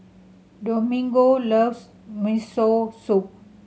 Domingo loves Miso Soup